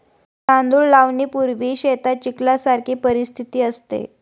तांदूळ लावणीपूर्वी शेतात चिखलासारखी परिस्थिती असते